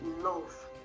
love